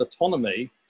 autonomy